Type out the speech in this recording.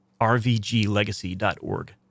rvglegacy.org